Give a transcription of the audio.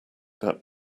that